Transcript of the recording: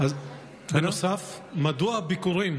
בנוסף, מדוע הביקורים